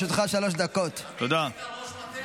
עמית, היית ראש מטה.